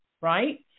right